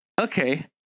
okay